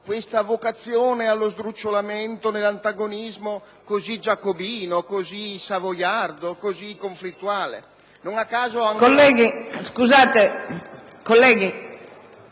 questa vocazione allo sdrucciolamento nell'antagonismo così giacobino, così savoiardo, così conflittuale. *(Brusìo).* PRESIDENTE Colleghi, scusate, già